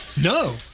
No